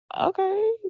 Okay